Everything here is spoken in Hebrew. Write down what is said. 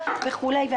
לשלם את זה?